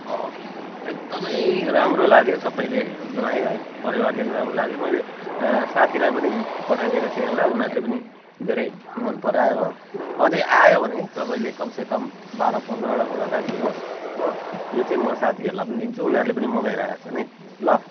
अँ अँ एकदमै राम्रो लाग्यो सबैले नुहाए है परिवारलाई नै राम्रो लाग्यो मैले साथीलाई पनि पठाइदिएको थिएँ एउटा उनीहरूले पनि धेरै मनपरायो हो अझै आयो भने तपाईँले कमसेकम बाह्र पन्ध्रवटा मलाई राखिदिनु होस् हो त्यो चाहिँ म साथीहरूलाई पनि दिन्छु उनीहरूले पनि मगाइरहेका छन् है ल